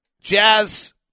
Jazz